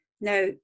now